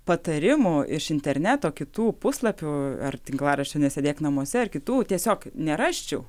patarimų iš interneto kitų puslapių ar tinklaraščio nesėdėk namuose ar kitų tiesiog nerasčiau